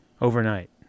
Overnight